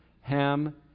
Ham